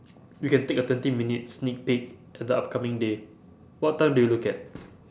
you can take a twenty minutes sneak peek at the upcoming day what time do you look at